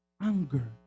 Anger